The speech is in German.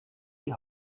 die